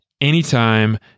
anytime